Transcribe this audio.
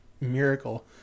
miracle